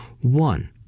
one